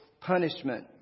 punishment